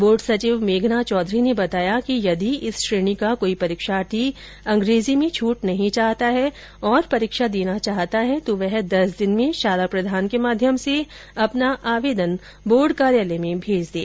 board सचिव मेघना चौधरी ने बताया कि यदि इस श्रेणी का कोई परीक्षार्थी अंग्रेजी में छट नहीं चाहता है और परीक्षा देना चाहता तो वह दस दिन में शाला प्रधान के माध्यम से अपना आवेदन बोर्ड कार्यालय में भेज दें